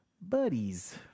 buddies